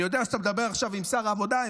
אני יודע שאתה מדבר עכשיו עם שר העבודה,